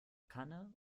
kanne